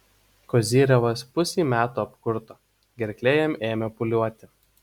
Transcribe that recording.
kozyrevas pusei metų apkurto gerklė jam ėmė pūliuoti